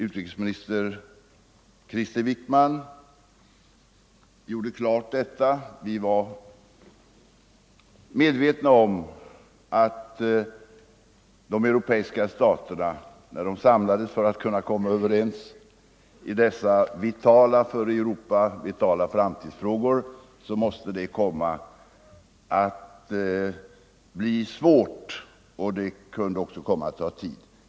Utrikesminister Krister Wickman klargjorde det. Vi var medvetna om att det måste bli svårt för de europeiska staterna att komma överens i dessa för Europa vitala framtidsfrågor och att det kunde ta tid.